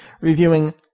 reviewing